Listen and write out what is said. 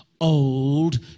old